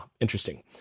interesting